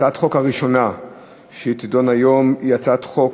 הצעת החוק הראשונה שתידון היום היא הצעת חוק